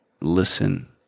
listen